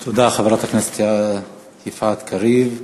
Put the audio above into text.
תודה, חברת הכנסת יפעת קריב.